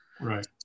right